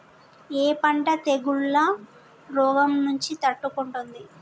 ఏ పంట తెగుళ్ల రోగం నుంచి తట్టుకుంటుంది?